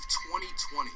2020